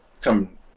come